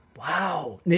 Wow